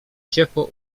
ciepło